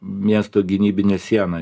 miesto gynybinė siena